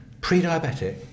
Pre-diabetic